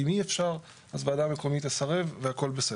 אם אי אפשר אז ועדה מקומית תסרב והכל בסדר.